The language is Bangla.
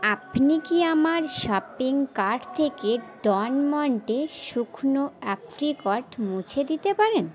আপনি কি আমার শপিং কার্ট থেকে ডন মন্টে শুকনো অ্যাপ্রিকট মুছে দিতে পারেন